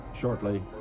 shortly